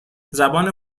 زبان